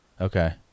Okay